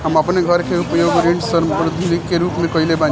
हम अपन घर के उपयोग ऋण संपार्श्विक के रूप में कईले बानी